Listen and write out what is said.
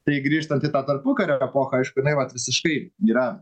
tai grįžtant į tą tarpukario epochą aišku jinai vat visiškai yra